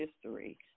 history